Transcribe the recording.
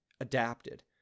adapted